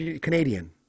Canadian